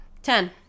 Ten